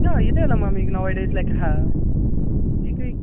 ಯಾ ಇದೆಯಲ ಮ್ಯಾಮ್ ಈಗ ನಾವು